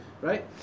right